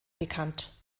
bekannt